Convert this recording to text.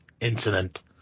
incident